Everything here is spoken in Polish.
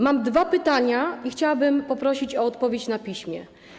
Mam dwa pytania i chciałabym poprosić o odpowiedź na piśmie.